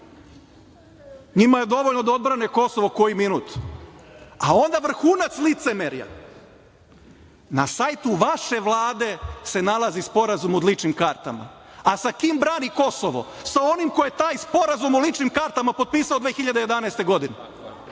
njima je dovoljno da odbrane Kosovo koji minut, a onda vrhunac licemerja na sajtu vaše Vlade se nalazi sporazum o ličnim kartama, a sa kim brani Kosovo? Sa onim ko je taj sporazum o ličnim kartama potpisao 2011. godine.